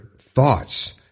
thoughts